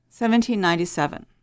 1797